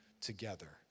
together